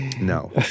no